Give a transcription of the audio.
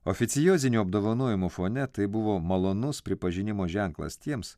oficiozinio apdovanojimo fone tai buvo malonus pripažinimo ženklas tiems